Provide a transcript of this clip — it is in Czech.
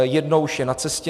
Jedno už je na cestě.